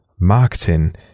marketing